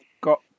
got